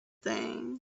thing